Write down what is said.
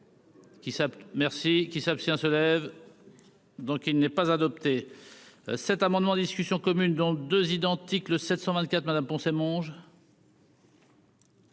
merci qui s'abstient se lève. Donc il n'est pas adopté cet amendement discussion commune dans 2 identique le 724 madame Poncet mange.